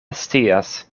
scias